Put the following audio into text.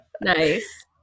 Nice